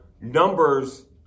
numbers